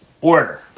order